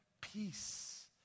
peace